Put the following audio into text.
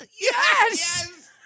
Yes